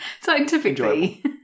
scientifically